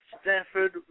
Stanford